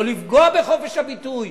לא לפגוע בחופש הביטוי,